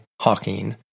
Hawking